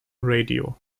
radio